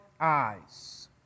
eyes